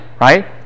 Right